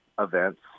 events